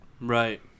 Right